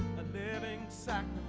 a man and